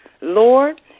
Lord